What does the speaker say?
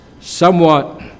somewhat